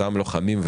אותם לוחמים,